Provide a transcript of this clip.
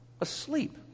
asleep